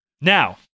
Now